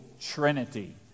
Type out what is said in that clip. trinity